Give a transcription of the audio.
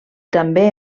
també